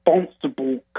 responsible